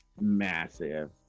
massive